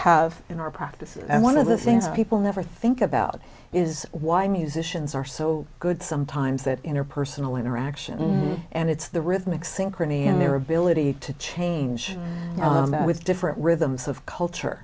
have in our practice and one of the things people never think about is why musicians are so good sometimes that interpersonal interaction and it's the rhythmic synchrony and their ability to change with different rhythms of culture